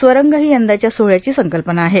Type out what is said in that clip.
स्वरंग ही यंदाच्या सोहळ्याची संकल्पना आहे